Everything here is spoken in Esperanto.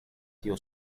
tio